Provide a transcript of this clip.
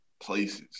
places